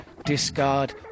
discard